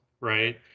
right